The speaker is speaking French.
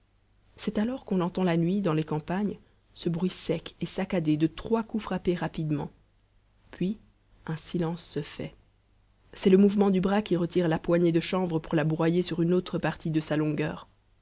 c'est alors qu'on entend la nuit dans les campagnes ce bruit sec et saccadé de trois coups frappés rapidement puis un silence se fait c'est le mouvement du bras qui retire la poignée de chanvre pour la broyer sur une autre partie de sa longueur